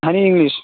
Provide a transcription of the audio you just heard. honey English